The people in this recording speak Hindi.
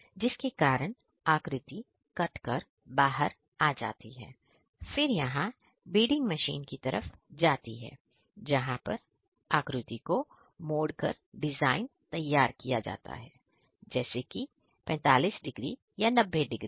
जिसके कारण आकृति कटकर बाहर आ जाती है फिर यहां बेडिंग मशीन की तरफ जाती है जहां पर आकृति को मोड़ कर डिजाइन तैयार किया जाता है जैसे कि 45 या 90 डिग्री पर